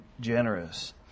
generous